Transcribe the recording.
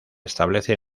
establece